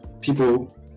people